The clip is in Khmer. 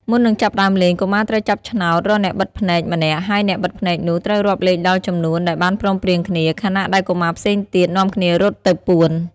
មុននឹងចាប់ផ្ដើមលេង កុមារត្រូវចាប់ឆ្នោតរកអ្នកបិទភ្នែកម្នាក់ ហើយអ្នកបិទភ្នែកនោះត្រូវរាប់លេខដល់ចំនួនដែលបានព្រមព្រៀងគ្នា ខណៈដែលកុមារផ្សេងទៀតនាំគ្នារត់ទៅពួន។